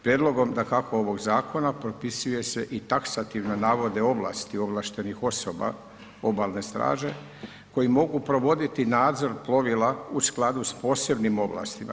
Prijedlogom dakako ovog zakona propisuje se i taksativno navode ovlasti ovlaštenih osoba obalne straže koji mogu provoditi nadzor plovila u skladu s posebnim ovlastima.